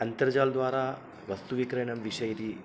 अन्तर्जालद्वारा वस्तुविक्रयणं विषय इति